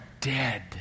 dead